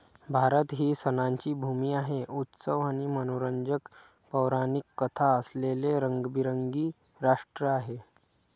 भारत ही सणांची भूमी आहे, उत्सव आणि मनोरंजक पौराणिक कथा असलेले रंगीबेरंगी राष्ट्र आहे